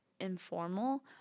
informal